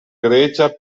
grecia